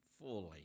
fully